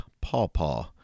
pawpaw